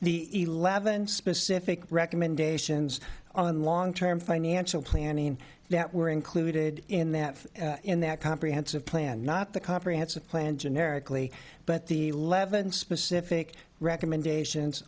the eleven specific recommendations on long term financial planning that were included in that in that comprehensive plan not the comprehensive plan generically but the leavened specific recommendations